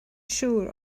siŵr